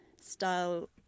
style